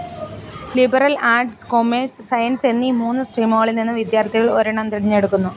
liberal arts commerce science എന്നീ മൂന്ന് സ്ട്രീമുകളിൽ നിന്ന് വിദ്യാർത്ഥികൾ ഒരെണ്ണം തിരഞ്ഞെടുക്കുന്നു